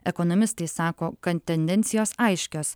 ekonomistai sako kad tendencijos aiškios